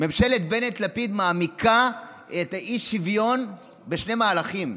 ממשלת בנט-לפיד מעמיקה את האי-שוויון בשני מהלכים.